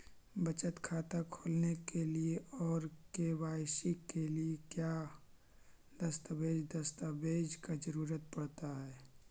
बचत खाता खोलने के लिए और के.वाई.सी के लिए का क्या दस्तावेज़ दस्तावेज़ का जरूरत पड़ हैं?